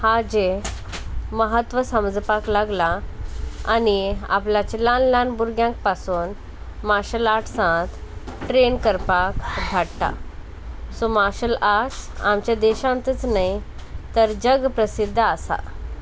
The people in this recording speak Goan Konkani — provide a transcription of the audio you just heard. हाजें म्हत्व समजुपाक लागलां आनी आपल्याचें ल्हान ल्हान भुरग्यांक पासून मार्शल आर्ट्सांत ट्रेन करपाक धाडटा सो मार्शल आर्ट्स आमच्या देशांतच न्हय तर जग प्रसिध्द आसा